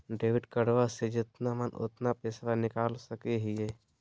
Debit कार्डबा से जितना मन उतना पेसबा निकाल सकी हय?